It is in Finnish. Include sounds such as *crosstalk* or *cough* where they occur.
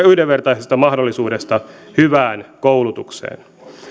*unintelligible* yhdenvertaisesta mahdollisuudesta hyvään koulutukseen